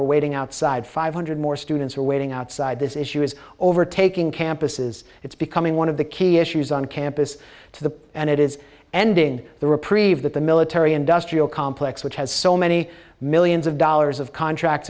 waiting outside five hundred more students were waiting outside this issue is over taking campuses it's becoming one of the key issues on campus to and it is ending the reprieve that the military industrial complex which has so many millions of dollars of contracts